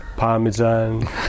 Parmesan